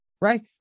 Right